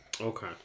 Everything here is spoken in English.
Okay